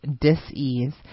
dis-ease